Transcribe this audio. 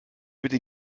bitte